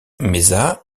mesa